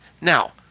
Now